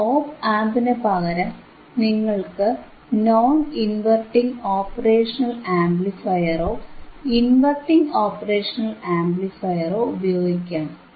ഈ ഓപ് ആംപിനു പകരം നിങ്ങൾക്ക് നോൺ ഇൻവെർട്ടിംഗ് ഓപ്പറേഷണൽ ആംപ്ലിഫയറോ ഇൻവെർട്ടിംഗ് ഓപ്പറേഷണൽ ആംപ്ലിഫയറോ ഉപയോഗിക്കാം